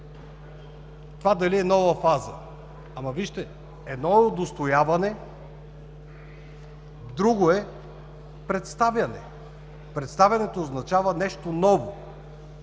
това дали е нова фаза. Едно е удостояване, друго е представяне. Представянето означава нещо ново,